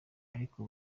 ariko